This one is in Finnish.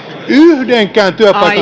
yhdenkään